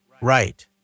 right